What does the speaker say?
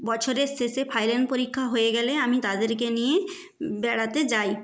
বছরের শেষে ফাইনাল পরীক্ষা হয়ে গেলে আমি তাদেরকে নিয়ে বেড়াতে যাই